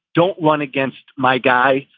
don't run against my guy.